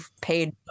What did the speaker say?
paid